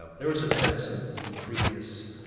ah there was attempts and in previous,